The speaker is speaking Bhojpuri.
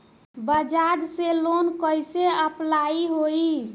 बजाज से लोन कईसे अप्लाई होई?